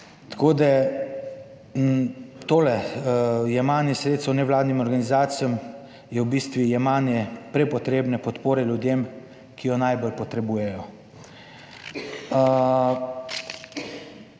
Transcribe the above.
Tako da, tole jemanje sredstev nevladnim organizacijam je v bistvu jemanje prepotrebne podpore ljudem, ki jo najbolj potrebujejo.